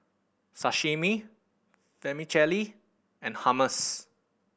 Sashimi Vermicelli and Hummus